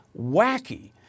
wacky